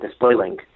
DisplayLink